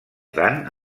tant